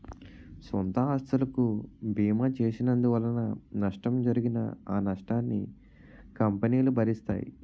సొంత ఆస్తులకు బీమా చేసినందువలన నష్టం జరిగినా ఆ నష్టాన్ని కంపెనీలు భరిస్తాయి